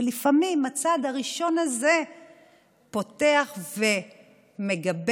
ולפעמים הצעד הראשון הזה פותח ומגבש